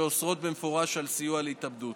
שאוסרות במפורש סיוע להתאבדות.